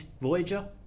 Voyager